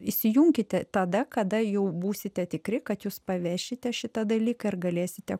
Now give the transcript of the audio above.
įsijunkite tada kada jau būsite tikri kad jūs pavešite šitą dalyką ir galėsite